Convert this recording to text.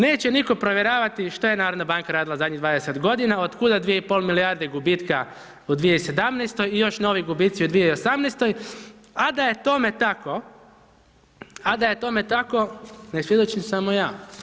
Neće nitko provjeravati što je narodna banka radila u zadnjih 20 godina, od kuda 2,5 milijarde gubitka u 2017. i još novi gubicu u 2018., a da je tome tako, a da je tome tako, ne svjedočim samo ja.